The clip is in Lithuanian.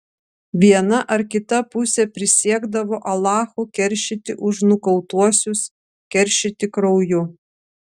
viena ar kita pusė prisiekdavo alachu keršyti už nukautuosius keršyti krauju